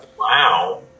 Wow